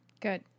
Good